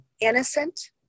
innocent